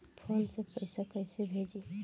Phone से पैसा कैसे भेजी?